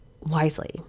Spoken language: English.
wisely